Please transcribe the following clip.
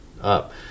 up